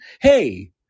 Hey